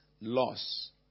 loss